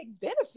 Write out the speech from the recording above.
benefit